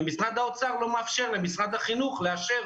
ומשרד האוצר לא מאפשר למשרד החינוך לאשר